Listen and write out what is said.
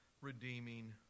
redeeming